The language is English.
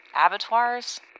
Abattoirs